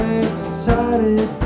excited